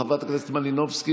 חברת הכנסת מלינובסקי?